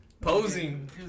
posing